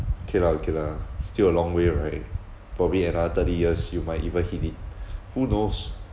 okay lah okay lah still a long way right probably another thirty years you might even hit it who knows